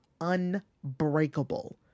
unbreakable